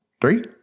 three